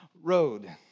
road